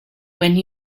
when